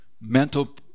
mental